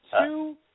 two